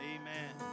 Amen